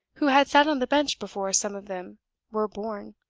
who had sat on the bench before some of them were born.